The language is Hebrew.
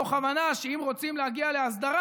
מתוך הבנה שאם רוצים להגיע להסדרה,